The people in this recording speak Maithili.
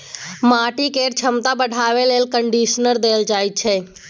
माटि केर छमता बढ़ाबे लेल कंडीशनर देल जाइ छै